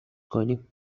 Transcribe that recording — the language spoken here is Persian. کنیم